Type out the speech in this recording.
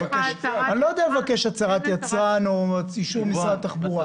לבקש הצהרת יצרן או אישור של משרד התחבורה.